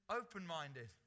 open-minded